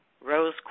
rose